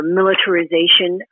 militarization